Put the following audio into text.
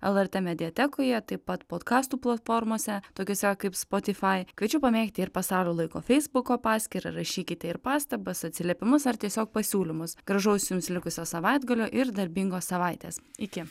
lrt mediatekoje taip pat podkastų platformose tokiose kaip spotify kviečiu pamėgti ir pasaulio laiko feisbuko paskyrą rašykite ir pastabas atsiliepimus ar tiesiog pasiūlymus gražaus jums likusio savaitgalio ir darbingos savaitės iki